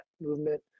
movement